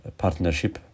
partnership